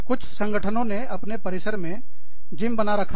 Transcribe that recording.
कुछ संगठनों ने अपने परिसर में जिम व्यायामशाला बना रखा है